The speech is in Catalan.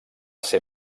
ser